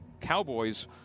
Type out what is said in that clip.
Cowboys